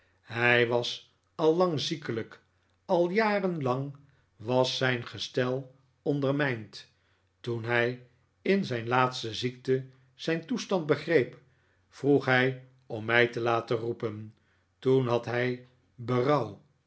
hij was al lang ziekelijk al jaren lang was zijn gestel ondefmijnd toen hij in zijn laatste ziekte zijn toestand begreep vroeg hij om mij te laten roepen toen had hij